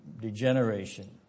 degeneration